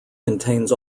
contains